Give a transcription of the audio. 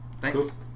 thanks